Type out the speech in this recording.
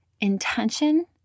intention